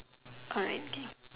alright okay